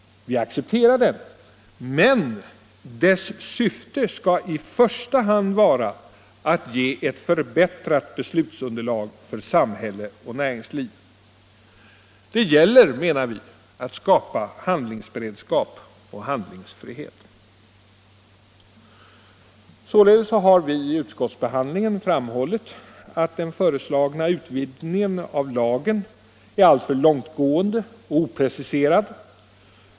Vi accepterar den, men dess syfte skall i första hand vara att ge ett förbättrat beslutsunderlag för samhälle och näringsliv. Det gäller, menar vi, att skapa handlingsberedskap och handlingsfrihet. Således har vi vid utskottsbehandlingen framhållit att den föreslagna utvidgningen av lagen är alltför långtgående och opreciserad.